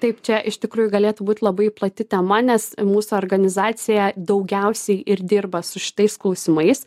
taip čia iš tikrųjų galėtų būti labai plati tema nes mūsų organizacija daugiausiai ir dirba su šitais klausimais